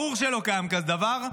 ברור שלא קיים כזה דבר.